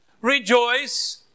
Rejoice